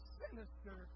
sinister